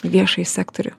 viešąjį sektorių